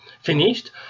finished